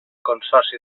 consorci